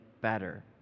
better